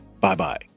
Bye-bye